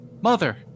Mother